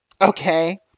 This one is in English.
Okay